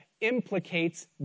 implicates